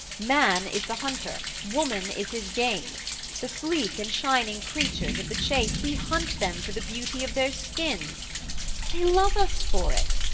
man is the hunter woman is his game the sleek and shining creatures of the chase, we hunt them for the beauty of their skins they love us for it,